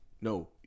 No